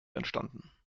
entstanden